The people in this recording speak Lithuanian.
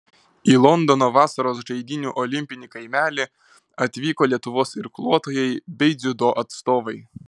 į londono vasaros žaidynių olimpinį kaimelį atvyko lietuvos irkluotojai bei dziudo atstovai